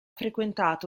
frequentato